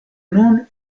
nun